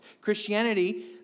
Christianity